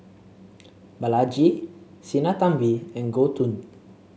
Balaji Sinnathamby and Gouthu